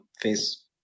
face